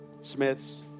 Smiths